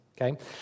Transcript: Okay